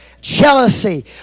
jealousy